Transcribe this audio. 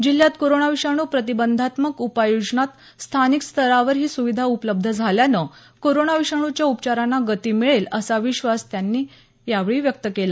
जिल्ह्यात कोरोना विषाणू प्रतिबंधात्मक उपाययोजनांत स्थानिक स्तरावर ही सुविधा उपलब्ध झाल्यानं कोरोना विषाणूच्या उपचारांना गती मिळेल असा विश्वास त्यांनी यावेळी व्यक्त केला